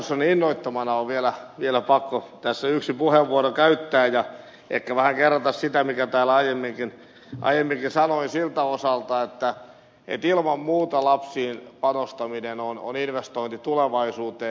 gustafssonin innoittamana on vielä pakko tässä yksi puheenvuoro käyttää ja ehkä vähän kerrata sitä minkä täällä aiemminkin sanoin siltä osalta että ilman muuta lapsiin panostaminen on investointi tulevaisuuteen